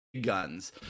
guns